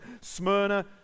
Smyrna